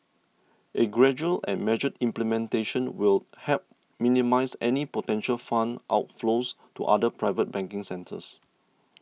a gradual and measured implementation will help minimise any potential fund outflows to other private banking centres